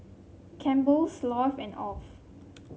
Campbell's Lotte and Alf